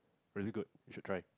really good you should try